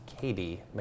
Katie